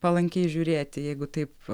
palankiai žiūrėti jeigu taip